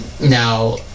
now